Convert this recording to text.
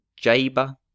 Jaber